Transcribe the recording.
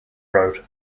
road